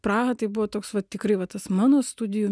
praha tai buvo toks va tikrai va tas mano studijų